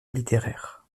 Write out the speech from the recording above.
littéraire